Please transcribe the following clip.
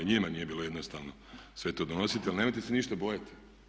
I njima nije bilo jednostavno sve to donositi, ali nemojte se ništa bojati.